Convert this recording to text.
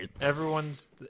Everyone's